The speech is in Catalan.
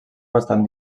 bastant